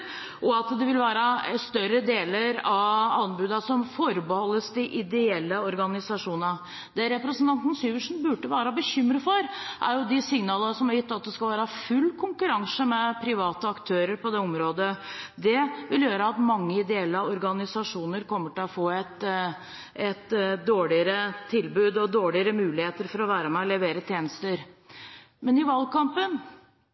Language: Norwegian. større deler av anbudene skal forbeholdes de ideelle organisasjonene. Det representanten Syversen burde være bekymret for, er de signalene som er gitt om at det skal være full konkurranse med private aktører på det området. Det vil gjøre at mange ideelle organisasjoner kommer til å få et dårligere tilbud og dårligere muligheter for å være med og levere